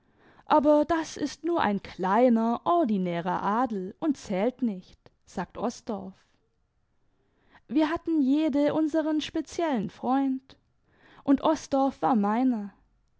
aber das ist nur ein kleiner ordinärer adel und zählt nicht sagt osdorff wir hatten jede unseren speziellen freund und osdorff war meiner